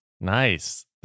Nice